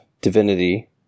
divinity